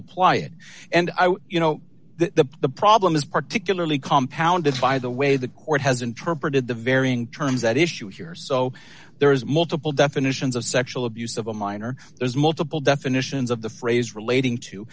apply it and you know the the problem is particularly compound it by the way the court has interpreted the varying terms at issue here so there is multiple definitions of sexual abuse of a minor there's multiple definitions of the phrase relating to